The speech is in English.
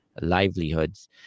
livelihoods